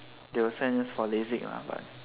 they will send us for lasik but